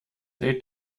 they